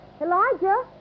Elijah